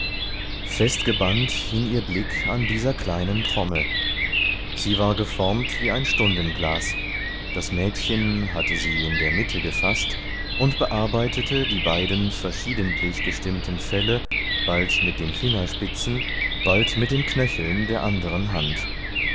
festgebannt hing ihr blick an dieser kleinen trommel sie war geformt wie ein stundenglas das mädchen hatte sie in der mitte gefaßt und bearbeitete die beiden verschiedentlich gestimmten felle bald mit den fingerspitzen bald mit den knöcheln der anderen hand